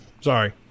Sorry